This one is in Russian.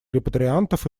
репатриантов